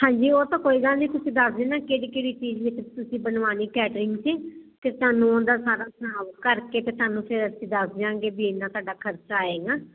ਹਾਂਜੀ ਉਹ ਤਾਂ ਕੋਈ ਗੱਲ ਨਹੀਂ ਤੁਸੀਂ ਦੱਸ ਦੇਣਾ ਕਿਹੜੀ ਕਿਹੜੀ ਚੀਜ਼ ਵਿੱਚ ਤੁਸੀਂ ਬਣਵਾਣੀ ਕੈਟਰਿੰਗ ਤੇ ਤੇ ਤੁਹਾਨੂੰ ਉਹਦਾ ਸਾਰਾ ਹਿਸਾਬ ਕਰਕੇ ਤੇ ਤੁਹਾਨੂੰ ਫਿਰ ਅਸੀਂ ਦੱਸ ਦਿਆਂਗੇ ਵੀ ਇਨਾ ਤੁਹਾਡਾ ਖਰਚਾ ਆਏਗਾ